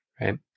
Right